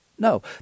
No